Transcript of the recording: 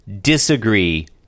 disagree